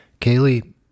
Kaylee